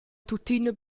tuttina